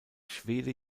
schwede